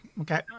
okay